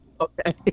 okay